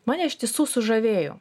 mane iš tiesų sužavėjo